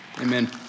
Amen